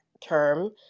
term